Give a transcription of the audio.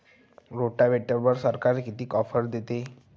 रोटावेटरवर सरकार किती ऑफर देतं?